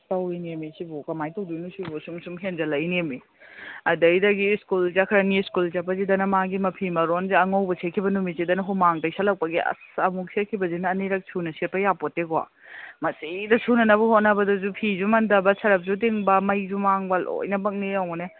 ꯇꯧꯔꯤꯅꯦꯃꯤ ꯁꯤꯕꯨ ꯀꯃꯥꯏ ꯇꯧꯗꯣꯏꯅꯣ ꯁꯤꯕꯨ ꯁꯨꯝ ꯁꯨꯝ ꯍꯦꯟꯖꯜꯂꯛꯏꯅꯦꯃꯤ ꯑꯗꯨꯗꯒꯤ ꯁ꯭ꯀꯨꯜ ꯆꯠꯈ꯭ꯔꯅꯤ ꯁ꯭ꯀꯨꯜ ꯆꯠꯄꯁꯤꯗꯅ ꯃꯥꯒꯤ ꯃꯐꯤ ꯃꯔꯣꯟꯁꯦ ꯑꯉꯧꯕ ꯁꯦꯠꯈꯤꯕ ꯅꯨꯃꯤꯠꯁꯤꯗꯅ ꯍꯨꯃꯥꯡ ꯇꯩꯁꯜꯂꯛꯄꯒꯤ ꯑꯁ ꯑꯃꯨꯛ ꯁꯦꯠꯈꯤꯕꯖꯤꯅ ꯑꯅꯤꯔꯛ ꯁꯨꯅ ꯁꯦꯠꯄ ꯌꯥꯄꯣꯠꯇꯦꯀꯣ ꯃꯁꯤꯗ ꯁꯨꯅꯅꯕ ꯍꯣꯠꯅꯕꯗꯁꯨ ꯐꯤꯁꯨ ꯃꯟꯊꯕ ꯁꯔꯞꯁꯨ ꯇꯤꯡꯕ ꯃꯩꯁꯨ ꯃꯥꯡꯕ ꯂꯣꯏꯅꯃꯛꯅꯤ ꯌꯦꯡꯉꯨꯅꯦ